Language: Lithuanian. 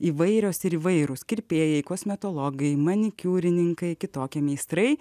įvairios ir įvairūs kirpėjai kosmetologai manikiūrininkai kitokie meistrai